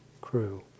crew